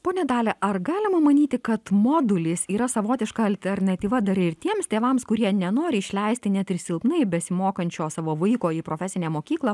ponia dalia ar galima manyti kad modulis yra savotiška alternatyva dar ir tiems tėvams kurie nenori išleisti net ir silpnai besimokančio savo vaiko į profesinę mokyklą